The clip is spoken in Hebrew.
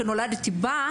במקום שבו נולדתי בו,